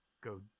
go